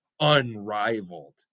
unrivaled